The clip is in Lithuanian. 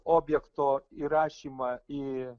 objekto įrašymą į